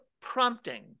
prompting